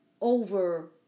over